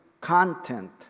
content